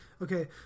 Okay